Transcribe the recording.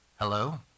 Hello